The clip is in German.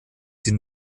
sie